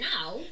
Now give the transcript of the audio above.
now